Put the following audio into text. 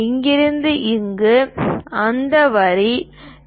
இங்கிருந்து இங்கு அந்த வரி 2